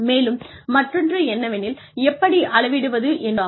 மேலும் மற்றொன்று என்னவெனில் எப்படி அளவிடுவது என்பதாகும்